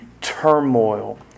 turmoil